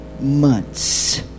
months